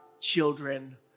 children